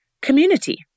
community